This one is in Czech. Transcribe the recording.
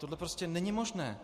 Tohle prostě není možné.